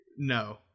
no